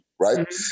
right